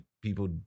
people